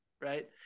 right